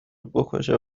بکشه